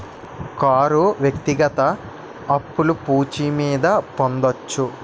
car వ్యక్తిగత అప్పులు పూచి మీద పొందొచ్చు